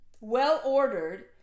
well-ordered